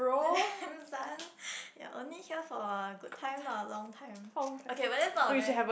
this one you're only here for a good time not a long time okay but that's not a very